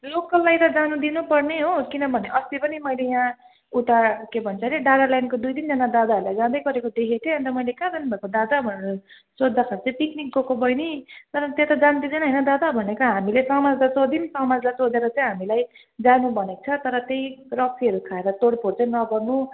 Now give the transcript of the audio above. लोकललाई त जान दिनु पर्ने हो किनभने अस्ति पनि मैले यहाँ उता के भन्छ अरे डाँडा लाइनको दुई तिन दादाहरूलाई जाँदै गरेको देखेको थिएँ अन्त मैले कहाँ जानु भएको दादा भनेर सोद्धाखेरि चाहिँ पिकनिक गएको बहिनी तर त्यता जानु दिँदैन होइन दादा भनेको हामीले समाजलाई सोध्यौँ समाजलाई सोधेर चाहिँ हामीलाई जानु भनेको छ तर त्यही रक्सीहरू खाएर तोड फोड चाहिँ नगर्नु